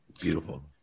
Beautiful